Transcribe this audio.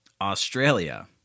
Australia